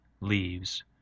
leaves